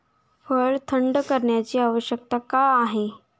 फळ थंड करण्याची आवश्यकता का आहे?